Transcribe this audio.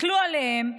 תסתכלו עליהם.